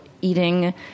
eating